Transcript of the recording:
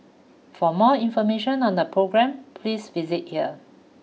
for more information on the programme please visit here